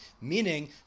Meaning